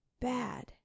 bad